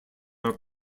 are